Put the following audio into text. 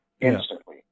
instantly